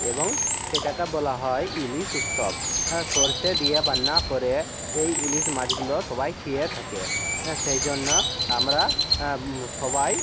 এবং সেটাকে বলা হয় ইলিশ উৎসব হ্যাঁ সরষে দিয়ে রান্না করে এই ইলিশ মাছগুলো সবাই খেয়ে থাকে সেই জন্য আমরা সবাই